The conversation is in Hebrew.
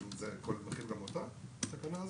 זה מכיל גם אותה התקנה הזאת?